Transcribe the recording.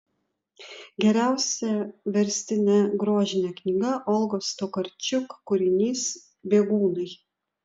geriausia verstine grožine knyga olgos tokarčuk kūrinys bėgūnai